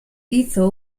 hizo